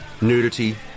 nudity